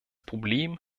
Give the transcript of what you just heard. problem